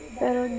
pero